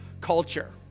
culture